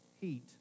heat